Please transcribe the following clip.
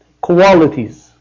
qualities